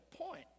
point